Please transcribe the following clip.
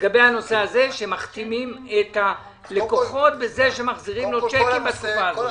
לגבי הנושא שמכתימים את הלקוחות בזה שמחזירים לו צ'קים בתקופה הזאת.